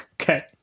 Okay